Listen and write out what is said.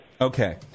Okay